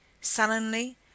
Sullenly